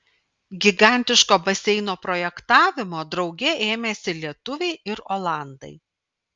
gigantiško baseino projektavimo drauge ėmėsi lietuviai ir olandai